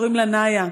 קוראים לה נעיה,